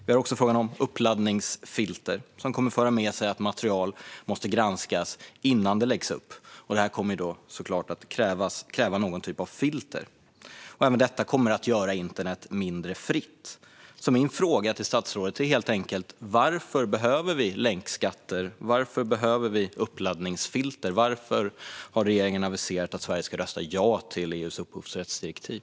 Vi har också frågan om uppladdningsfilter, som kommer att föra med sig att material måste granskas innan det läggs upp. Detta kommer såklart att kräva någon typ av filter. Även detta kommer att göra internet mindre fritt. Min fråga till statsrådet är helt enkelt: Varför behöver vi länkskatter? Varför behöver vi uppladdningsfilter? Varför har regeringen aviserat att Sverige ska rösta ja till EU:s upphovsrättsdirektiv?